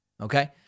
Okay